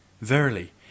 verily